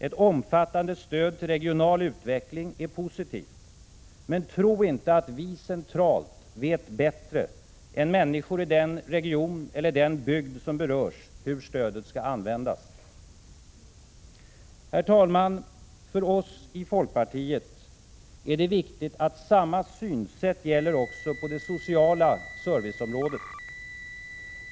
Ett omfattande stöd till regional utveckling är positivt, men tro inte att vi centralt vet bättre än människor i den region eller den bygd som berörs hur stödet skall användas. Herr talman! För oss i folkpartiet är det viktigt att samma synsätt gäller också på det sociala serviceområdet.